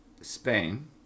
Spain